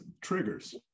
triggers